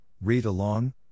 read-along